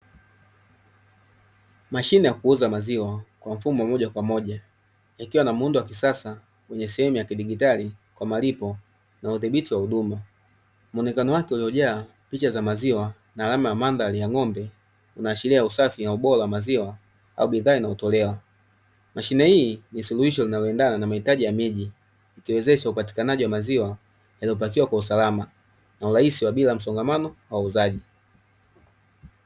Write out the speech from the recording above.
Mashine ya kuuza maziwa kwa mfumo wa moja kwa moja, yakiwa na muundo wa kisasa wenye sehemu ya kidigitali kwa malipo na udhibiti wa huduma, muonekano wake ulio jaa picha za maziwa na alama ya mandhari ya ng’ombe unaashiria usafi na ubora wa maziwa au bidhaa inayotolewa. Mashine hii ni suluhisho linalo endana na mahitaji ya miji, ikiwezesha upatikanaji wa maziwa yaliyo pakiwa kwa usalama, na urahisi wa bila msongamano wa wauzaji.